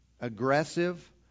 aggressive